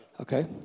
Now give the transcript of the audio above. Okay